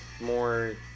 more